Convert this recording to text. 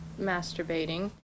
masturbating